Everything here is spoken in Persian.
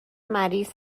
مریض